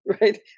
right